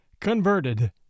Converted